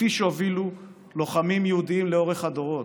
כפי שהובילו לוחמים יהודים לאורך הדורות.